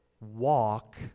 Walk